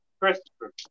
Christopher